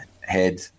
Head